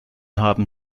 haben